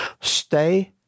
stay